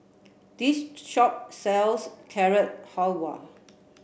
this shop sells Carrot Halwa